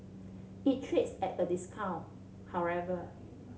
it trades at a discount however